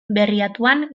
berriatuan